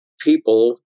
people